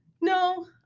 No